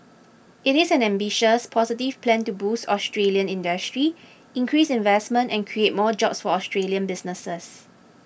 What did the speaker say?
it is an ambitious positive plan to boost Australian industry increase investment and create more jobs for Australian businesses